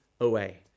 away